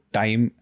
time